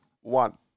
one